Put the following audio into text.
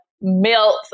melt